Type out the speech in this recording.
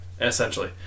Essentially